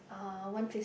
uh one fif~